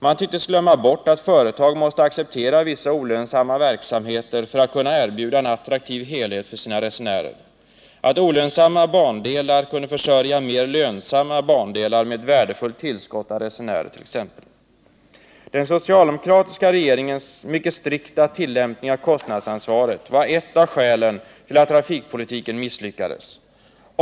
Man tycktes glömma bort att företag måste acceptera vissa olönsamma verksamheter för att kunna erbjuda en attraktiv helhet för sina resenärer —t.ex. att olönsamma bandelar kunde försörja mer lönsamma bandelar med ett värdefullt tillskott av resenärer. Den socialdemokratiska regeringens mycket strikta tillämpning av kostnadsansvaret var ett av skälen till att trafikpolitiken misslyckades.